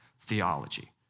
theology